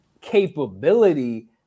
capability